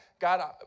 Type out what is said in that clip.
God